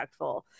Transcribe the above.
impactful